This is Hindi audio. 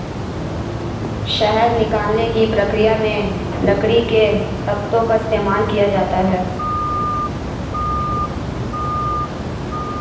शहद निकालने की प्रक्रिया में लकड़ी के तख्तों का इस्तेमाल किया जाता है